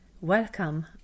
Welcome